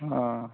ହଁ